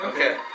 Okay